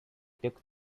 took